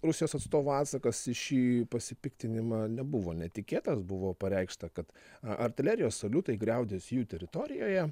rusijos atstovų atsakas į šį pasipiktinimą nebuvo netikėtas buvo pareikšta kad a artilerijos saliutai griaudės jų teritorijoje